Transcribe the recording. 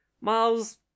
miles